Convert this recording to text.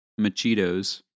Machitos